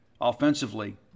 offensively